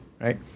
right